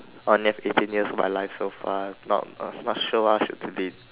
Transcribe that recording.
eighteen years of my life so far not so sure what to delete